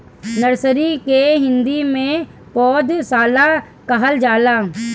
nursery के हिंदी में पौधशाला कहल जाला